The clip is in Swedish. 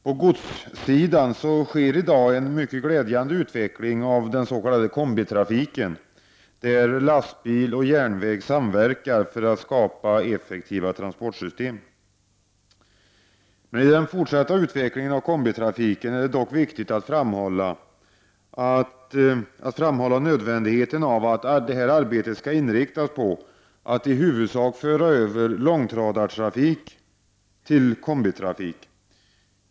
På godssidan sker i dag en mycket glädjande utveckling av den s.k. kombitrafiken där lastbil och järnväg samverkar för att skapa effektiva transportsystem. I den fortsatta utvecklingen av kombitrafiken är det dock viktigt att framhålla nödvändigheten av att arbetet skall inriktas på att i huvudsak föra över långtradartrafik till kombitrafik.